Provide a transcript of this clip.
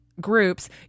groups